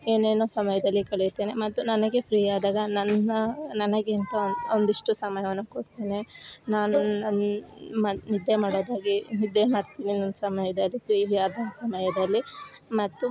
ಏನೇನೊ ಸಮಯದಲ್ಲಿ ಕಳೆಯುತ್ತೇನೆ ಮತ್ತು ನನಗೆ ಫ್ರೀ ಆದಾಗ ನನ್ನ ನನಗೆಂತ ಒಂದಿಷ್ಟು ಸಮಯವನ್ನು ಕೊಡ್ತೇನೆ ನಾನು ನನ್ನ ಮನ ನಿದ್ದೆ ಮಾಡೋದು ಆಗಿ ನಿದ್ದೆ ಮಾಡ್ತೀನಿ ಒಂದೊಂದು ಸಮಯದಲ್ಲಿ ಫ್ರೀ ಆದ ಸಮಯದಲ್ಲಿ ಮತ್ತು